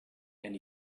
and